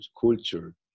culture